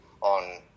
on